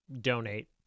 donate